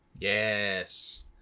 yes